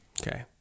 Okay